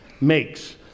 makes